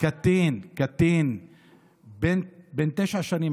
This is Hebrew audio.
קטין בן תשע שנים.